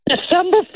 December